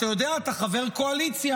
אתה יודע, אתה חבר קואליציה.